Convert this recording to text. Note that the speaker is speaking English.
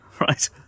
Right